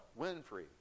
Winfrey